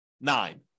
nine